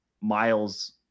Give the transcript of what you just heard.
miles